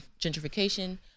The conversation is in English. gentrification